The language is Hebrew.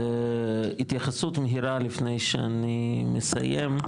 התייחסות מהירה לפני שאני מסיים.